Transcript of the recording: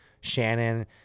Shannon